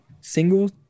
single